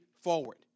forward